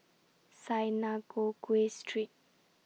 Synagogue Street